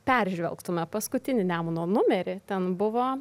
peržvelgtume paskutinį nemuno numerį ten buvo